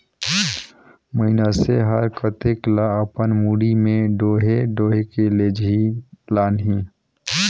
मइनसे हर कतेक ल अपन मुड़ी में डोएह डोएह के लेजही लानही